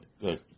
Good